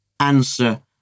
Answer